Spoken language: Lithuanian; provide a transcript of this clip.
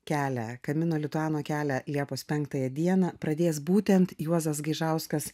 kelią kamino lituano kelią liepos penktąją dieną pradės būtent juozas gaižauskas